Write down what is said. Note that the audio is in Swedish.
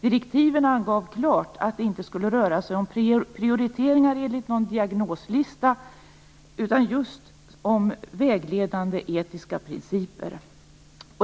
Direktiven angav klart att det inte skulle röra sig om prioriteringar enligt någon diagnoslista utan just om vägledande etiska principer.